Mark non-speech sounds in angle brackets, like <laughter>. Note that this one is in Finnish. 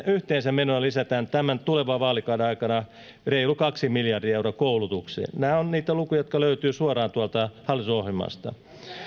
<unintelligible> yhteensä menoja lisätään tulevan vaalikauden aikana reilu kaksi miljardia euroa koulutukseen nämä ovat niitä lukuja jotka löytyvät suoraan tuolta hallitusohjelmasta